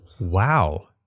Wow